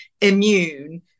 immune